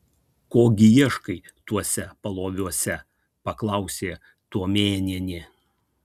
ko gi ieškai tuose paloviuose paklausė tuomėnienė